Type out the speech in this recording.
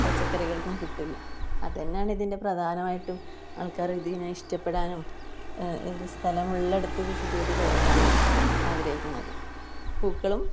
പച്ചക്കറികൾക്കും കിട്ടില്ല അതുതന്നെയാണ് ഇതിൻ്റെ പ്രധാനമായിട്ടും ആൾക്കാർ ഇതിനെ ഇഷ്ടപ്പെടാനും സ്ഥലമുള്ളടത്ത് കൃഷി ചെയ്ത് കഴിക്കാനും ആഗ്രഹിക്കുന്നത് പൂക്കളും